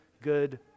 good